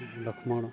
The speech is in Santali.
ᱞᱚᱠᱢᱚᱲ